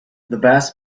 vast